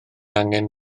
angen